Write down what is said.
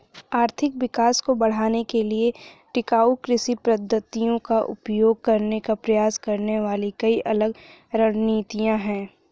आर्थिक विकास को बढ़ाने के लिए टिकाऊ कृषि पद्धतियों का उपयोग करने का प्रयास करने वाली कई अलग रणनीतियां हैं